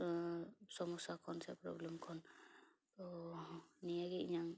ᱥᱚᱢᱚᱥᱟ ᱠᱷᱚᱱ ᱥᱮ ᱯᱚᱨᱳᱵᱞᱮᱢ ᱠᱷᱚᱱ ᱛᱚ ᱱᱤᱭᱟᱹ ᱜᱮ ᱤᱧᱟ ᱝ